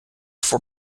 for